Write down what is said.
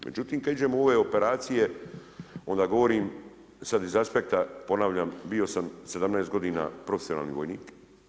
Međutim, kad iđemo u ove operacije, onda govorim, sad iz aspekta ponavljam, bio sam 17 g. profesionalni vojnik.